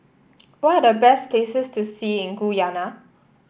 what are the best places to see in Guyana